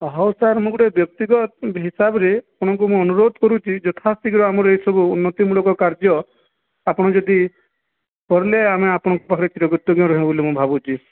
ହଁ ହଉ ସାର୍ ମୁଁ ଗୋଟେ ବ୍ୟକ୍ତିଗତ ହିସାବରେ ଆପଣଙ୍କୁ ମୁଁ ଅନୁରୋଧ କରୁଛି ଯଥାଶୀଘ୍ର ଆମର ଏସବୁ ଉନ୍ନତିମୂଳକ କାର୍ଯ୍ୟ ଆପଣ ଯଦି କରିଲେ ଆମେ ଆପଣଙ୍କ ପାଖରେ ଚିରକୃତଜ୍ଞ ରହିବୁ ବୋଲି ମୁଁ ଭାବୁଛି